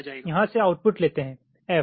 तो आप यहाँ से आउटपुट लेते हैं f